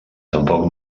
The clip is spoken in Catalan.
tampoc